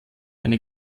eine